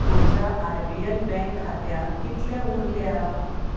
म्हज्या R B L bank खात्यांत कितले उरल्या